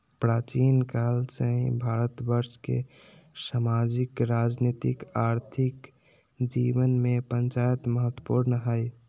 प्राचीन काल से ही भारतवर्ष के सामाजिक, राजनीतिक, आर्थिक जीवन में पंचायत महत्वपूर्ण हइ